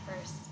first